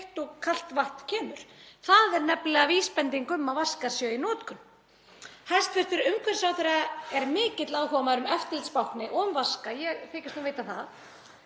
og kalt vatn kemur — það er nefnilega vísbending um að vaskar séu í notkun. Hæstv. umhverfisráðherra er mikill áhugamaður um eftirlitsbáknið — og vaska, ég þykist nú vita það.